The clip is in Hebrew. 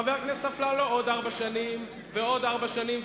חבר הכנסת אפללו, עוד ארבע שנים ועוד ארבע שנים,